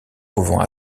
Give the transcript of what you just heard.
pouvant